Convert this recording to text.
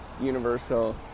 universal